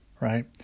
right